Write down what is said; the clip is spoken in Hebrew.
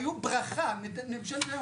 היו ברכה - ממשלת נתניהו,